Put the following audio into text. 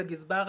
לגזבר,